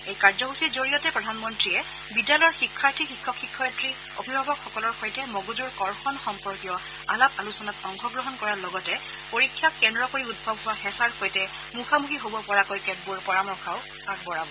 এই কাৰ্যসূচীৰ জৰিয়তে প্ৰধানমন্ত্ৰীয়ে বিদ্যালয়ৰ শিক্ষাৰ্থী শিক্ষক শিক্ষয়িত্ৰী অভিভাৱকসকলৰ সৈতে মগজুৰ কৰ্ষণ সম্পৰ্কীয় আলাপ আলোচনাত অংশগ্ৰহণ কৰাৰ লগতে পৰীক্ষাক কেন্দ্ৰ কৰি উদ্ভৱ হোৱা হেঁচাৰ সৈতে মুখামুখি হ'ব পৰাকৈ কেতবোৰ পৰামৰ্শও আগবঢ়াব